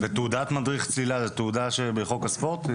ותעודת מדריך צלילה זה תעודה בחוק הספורט?